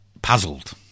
Puzzled